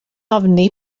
ofni